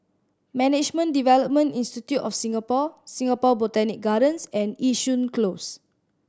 Management Development Institute of Singapore Singapore Botanic Gardens and Yishun Close